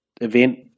event